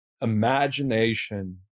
imagination